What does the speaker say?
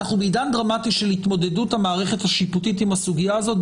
אנחנו בעידן דרמטי של התמודדות המערכת השיפוטית עם הסוגיה הזאת.